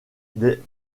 des